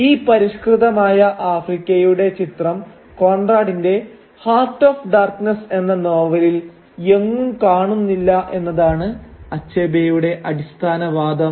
ഈ പരിഷ്കൃതമായ ആഫ്രിക്കയുടെ ചിത്രം കോൺറാടിന്റെ 'ഹാർട്ട് ഓഫ് ഡാർക്നെസ്സ്' എന്ന നോവലിൽ എങ്ങും കാണുന്നില്ല എന്നതാണ് അച്ഛബേയുടെ അടിസ്ഥാന വാദം